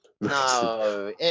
No